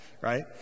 right